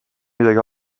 midagi